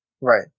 Right